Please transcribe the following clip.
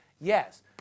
Yes